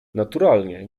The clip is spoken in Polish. naturalnie